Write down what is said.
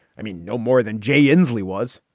i mean, no more than jay inslee was.